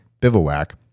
bivouac